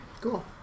Cool